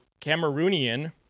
Cameroonian